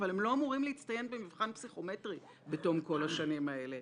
אבל הם לא אמורים להצטיין במבחן פסיכומטרי בתום כל השנים האלה.